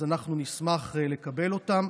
אנחנו נשמח לקבל אותם.